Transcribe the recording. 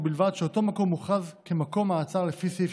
ובלבד שאותו מקום מוכרז כמקום מעצר לפי סעיף